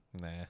Nah